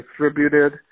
distributed